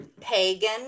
pagan